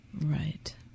Right